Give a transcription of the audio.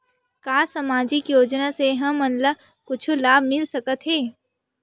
का सामाजिक योजना से हमन ला कुछु लाभ मिल सकत हे?